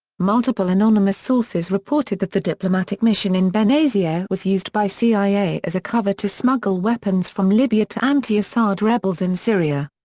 multiple anonymous sources reported that the diplomatic mission in benghazi ah was used by cia as a cover to smuggle weapons from libya to anti-assad rebels in syria.